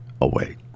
away